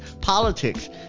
Politics